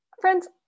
Friends